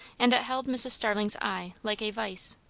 and it held mrs. starling's eye, like a vice.